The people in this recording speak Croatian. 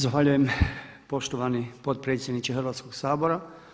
Zahvaljujem poštovani potpredsjedniče Hrvatskoga sabora.